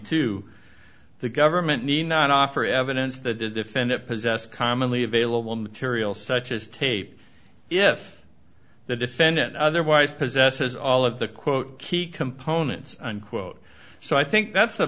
two the government need not offer evidence that the defendant possessed commonly available material such as tape if the defendant otherwise possesses all of the quote key components unquote so i think that's the